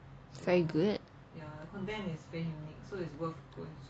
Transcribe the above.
very good